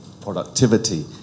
productivity